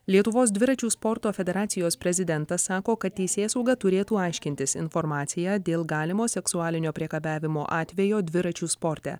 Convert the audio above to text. lietuvos dviračių sporto federacijos prezidentas sako kad teisėsauga turėtų aiškintis informaciją dėl galimo seksualinio priekabiavimo atvejo dviračių sporte